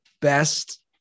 best